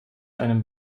einem